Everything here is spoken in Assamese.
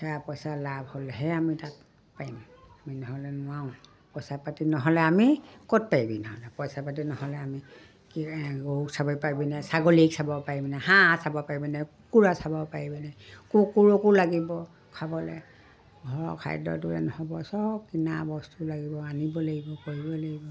হেয়া পইচা লাভ হ'লহে আমি তাত পাৰিম আমি নহ'লে নোৱাৰোঁ পইচা পাতি নহ'লে আমি ক'ত পাৰিবি নহ'লে পইচা পাতি নহ'লে আমি কি গৰু চাব পাৰিবিনে ছাগলীক চাব পাৰিবিনে হাঁহ চাব পাৰিবিনে নাই কুকুৰা চাব পাৰিবিনে কুকুৰকো লাগিব খাবলৈ ঘৰৰ খাদ্যটোৱে নহ'ব চব কিনা বস্তু লাগিব আনিব লাগিব কৰিব লাগিব